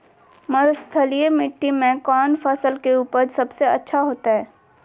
मरुस्थलीय मिट्टी मैं कौन फसल के उपज सबसे अच्छा होतय?